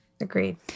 agreed